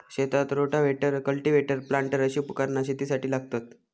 शेतात rotavator, cultivator, planter अशी उपकरणा शेतीसाठी लागतत